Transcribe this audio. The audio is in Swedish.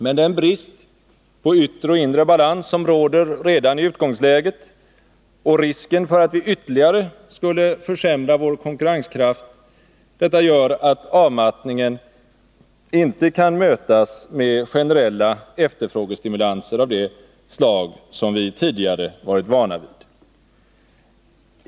Men den brist på yttre och inre balans som råder redan i utgångsläget, och risken för att vi ytterligare skulle försämra vår konkurrenskraft, gör att avmattningen inte kan mötas med generella efterfrågestimulanser av det slag som vi tidigare varit vana vid.